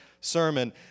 sermon